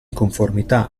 conformità